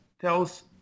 tells